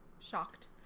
Shocked